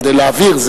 כדי להעביר,